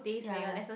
yea yea